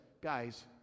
guys